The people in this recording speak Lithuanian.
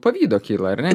pavydo kyla ar ne